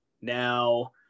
Now